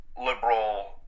liberal